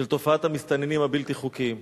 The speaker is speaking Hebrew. של תופעת המסתננים הבלתי-חוקיים.